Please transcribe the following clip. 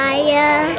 Fire